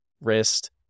wrist